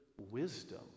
wisdom